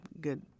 good